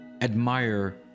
admire